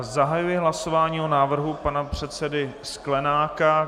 Zahajuji hlasování o návrhu pana předsedy Sklenáka.